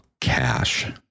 cash